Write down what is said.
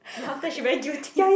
then after that she very guilty